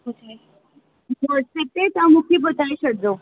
मूंखे व्हाटसप ते तव्हां मूंखे ॿुधाइ छॾिजो